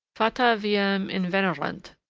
fata viam invenerunt,